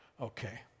Okay